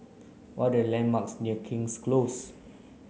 what are landmarks near King's Close